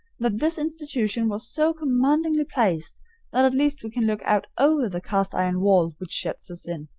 that this institution was so commandingly placed that at least we can look out over the cast-iron wall which shuts us in.